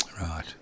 Right